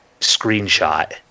screenshot